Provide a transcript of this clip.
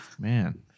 Man